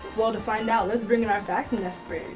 well, to find out, let's bring in our fashion expert.